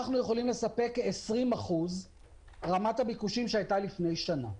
אנחנו יכולים לספק 20% מרמת הביקושים שהייתה לפני שנה.